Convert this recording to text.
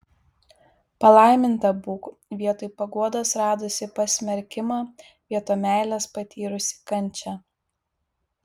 palaiminta būk vietoj paguodos radusi pasmerkimą vietoj meilės patyrusi kančią